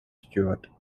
stuart